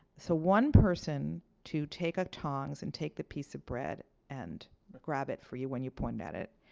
so one person to take up tongs and take the piece of bread and grab it for you when you pointed at it.